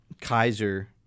Kaiser